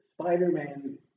Spider-Man